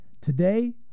Today